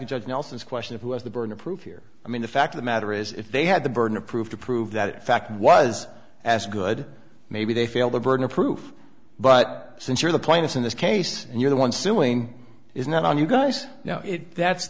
nelson's question of who has the burden of proof here i mean the fact of the matter is if they had the burden of proof to prove that fact was as good maybe they feel the burden of proof but since you're the plaintiffs in this case and you're the one suing is not on you guys know it that's